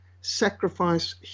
sacrifice